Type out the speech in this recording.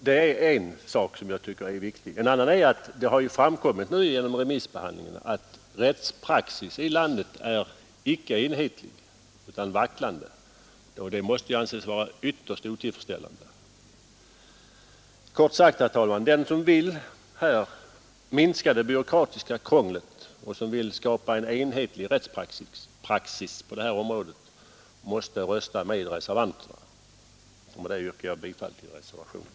Det är en sak som jag tycker är viktig. En annan är att det ju genom remissbehandlingen har framkommit att rättspraxis i landet inte är enhällig utan vacklande, och det måste anses ytterst otillfredsställande. Kort sagt, herr talman, den som vill minska det byråkratiska krånglet på denna punkt och som vill skapa en enhetlig rättspraxis på detta område måste rösta med reservanterna. Med det anförda ber jag att få yrka bifall till reservationen.